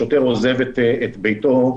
השוטר עוזב את ביתו,